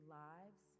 lives